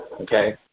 Okay